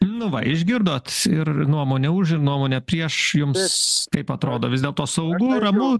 nu va išgirdot ir ir nuomonę už ir nuomonę prieš jums kaip atrodo vis dėlto saugu ramu